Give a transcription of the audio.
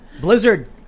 Blizzard